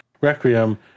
Requiem